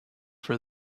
for